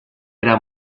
era